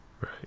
Right